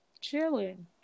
Chilling